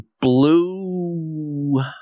Blue